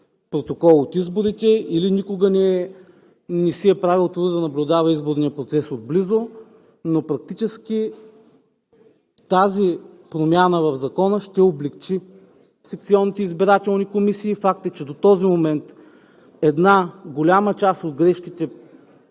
протокол от изборите, или никога не си е правил труда да наблюдава изборния процес отблизо, но практически тази промяна в Закона ще облекчи секционните избирателни комисии. Факт е, че до този момент една голяма част от грешките